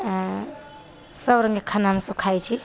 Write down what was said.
सभ रङ्गके खाना हम सभ खाइ छी